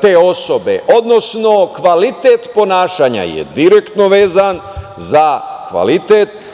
te osobe, odnosno kvalitet ponašanja je direktno vezan za kvalitet